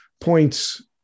points